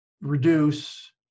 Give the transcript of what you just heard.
reduce